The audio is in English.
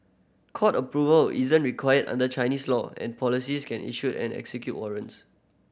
court approval isn't required under Chinese law and policies can issue and execute warrants